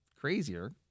crazier